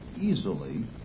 easily